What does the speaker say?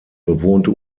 bewohnte